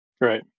Right